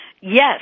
Yes